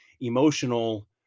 emotional